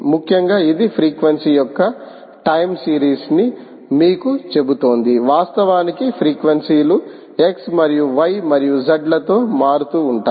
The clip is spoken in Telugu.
ముఖ్యంగా ఇది ఫ్రీక్వెన్సీ యొక్క టైం సిరీస్ని మీకు చెబుతోంది వాస్తవానికి ఫ్రీక్వెన్సీ లు x మరియు y మరియు z లతో మారుతూ ఉంటాయి